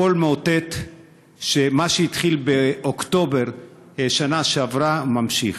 הכול מאותת שמה שהתחיל באוקטובר שנה שעברה, נמשך.